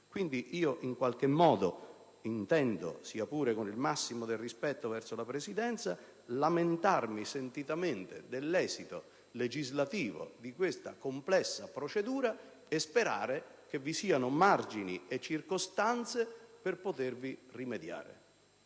attingerlo. In qualche modo intendo, sia pure con il massimo rispetto verso la Presidenza, lamentarmi sentitamente dell'esito legislativo di questa complessa procedura e sperare che vi siano margini e circostanze per potervi rimediare.